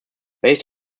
based